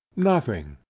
nothing.